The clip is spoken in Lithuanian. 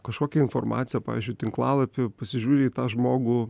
kažkokią informacija pavyzdžiui tinklalapių pasižiūri į tą žmogų